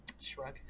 shrug